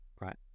right